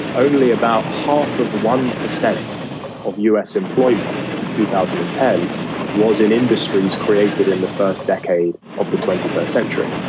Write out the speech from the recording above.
only about half of one percent of u s. employment in two thousand and ten was in industries created in the first decade of the twenty first century.